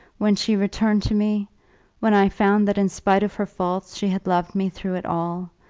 when she returned to me when i found that in spite of her faults she had loved me through it all,